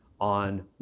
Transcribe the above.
on